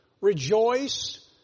rejoice